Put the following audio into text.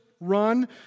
run